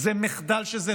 must.